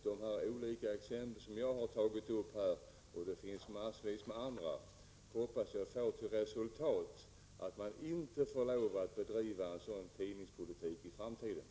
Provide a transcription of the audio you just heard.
De exempel som jag här tagit upp — det skulle kunna anföras åtskilliga andra exempel — hoppas jag får till resultat att det i framtiden inte blir tillåtet att bedriva en sådan tidningspolitik.